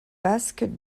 basque